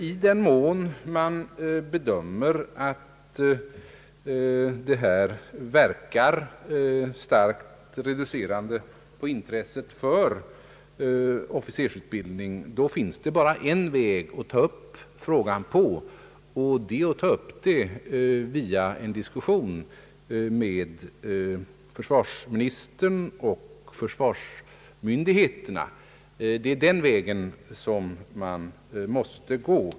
I den mån man anser att de nuvarande förhållandena verkar starkt reducerande på intresset för officersutbildningen, finns det bara en väg att ta upp frågan på, nämligen genom en diskussion med försvarsministern och försvarsmyndigheterna. Det är den vägen man måste gå.